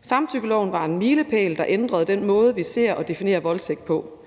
Samtykkeloven var en milepæl, der ændrede den måde, vi ser og definerer voldtægt på.